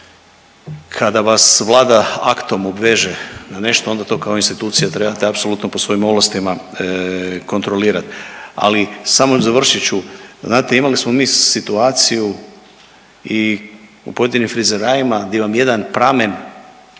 kada vas Vlada aktom obveže na nešto, onda to kao institucija trebate apsolutno po svojim ovlastima kontrolirati, ali samo završit ću, znate, imali smo mi situaciju u pojedinim frizerajima di vam jedan pramen